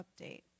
update